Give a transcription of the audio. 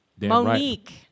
Monique